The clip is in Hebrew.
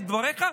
לדבריך,